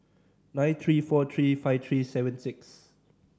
nine three four three five three seven six